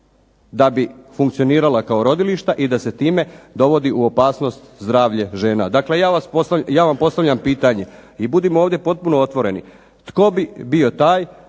da bi funkcionirala kao rodilišta i da se time dovodi u opasnost zdravlje žena. Dakle ja vam postavljam pitanje i budimo ovdje potpuno otvoreni, tko bi bio taj